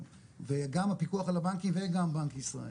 וגם הפיקוח על הבנקים וגם בנק ישראל,